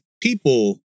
people